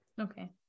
Okay